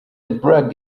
black